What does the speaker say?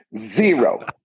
Zero